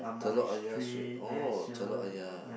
Telok Ayer street oh Telok Ayer